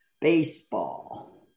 baseball